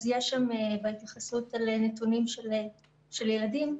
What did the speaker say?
אז בהתייחסות לנתונים של ילדים,